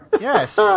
Yes